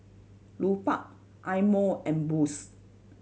Lupark Eye Mo and Boost